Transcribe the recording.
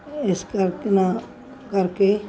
ਇਸ ਕਰਕੇ ਕਰਕੇ